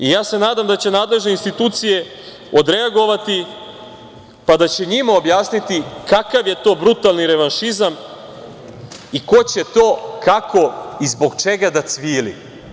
Nadam se da će nadležne institucije odreagovati, pa da će njima objasniti kakav je to brutalni revanšizam i ko će to, kako i zbog čega da cvili?